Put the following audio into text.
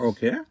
Okay